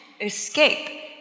escape